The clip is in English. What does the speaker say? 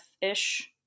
ish